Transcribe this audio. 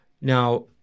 Now